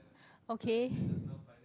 okay